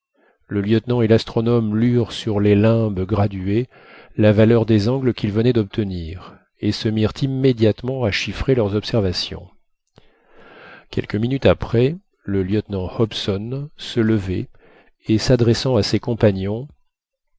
le lieutenant et l'astronome lurent sur les limbes gradués la valeur des angles qu'ils venaient d'obtenir et se mirent immédiatement à chiffrer leurs observations quelques minutes après le lieutenant hobson se levait et s'adressant à ses compagnons